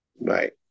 Right